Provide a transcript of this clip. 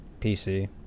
pc